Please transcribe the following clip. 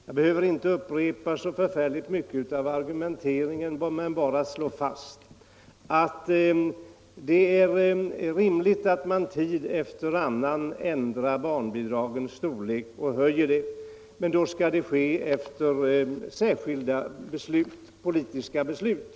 Jag behöver inte upprepa mycket av argumenteringen i det sammanhanget, utan jag kan nöja mig med att slå fast följande. Det är rimligt att vi tid efter annan höjer barnbidragen. Men då skall det ske efter särskilda politiska beslut.